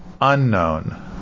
unknown